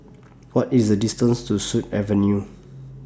What IS The distance to Sut Avenue